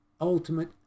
ultimate